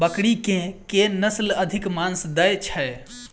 बकरी केँ के नस्ल अधिक मांस दैय छैय?